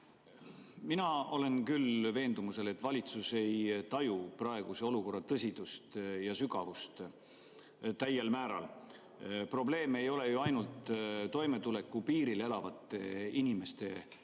Mina olen küll veendumusel, et valitsus ei taju praeguse olukorra tõsidust ja sügavust täiel määral. Probleem ei ole ju ainult toimetulekupiiril elavate inimestega,